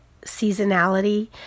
seasonality